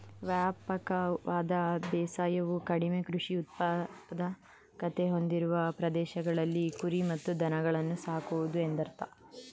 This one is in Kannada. ವ್ಯಾಪಕವಾದ ಬೇಸಾಯವು ಕಡಿಮೆ ಕೃಷಿ ಉತ್ಪಾದಕತೆ ಹೊಂದಿರುವ ಪ್ರದೇಶಗಳಲ್ಲಿ ಕುರಿ ಮತ್ತು ದನಗಳನ್ನು ಸಾಕುವುದು ಎಂದರ್ಥ